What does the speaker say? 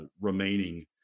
remaining